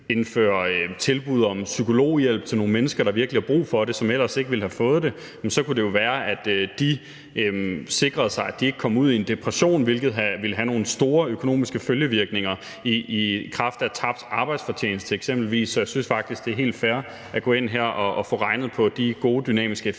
indfører tilbud om psykologhjælp til nogle mennesker, som virkelig har brug for det, og som ellers ikke ville have fået det, så kan det jo være, at det sikrer, at de ikke kommer ud i en depression, hvilket ville have nogle store økonomiske følgevirkninger i kraft af tabt arbejdsfortjeneste, eksempelvis. Så jeg synes faktisk, det er helt fair at gå ind her og få regnet på de gode dynamiske effekter,